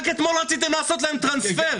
רק אתמול רציתם לעשות להם טרנספר.